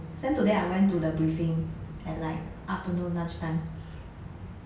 so today I went to the briefing at like afternoon lunch time